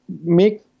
make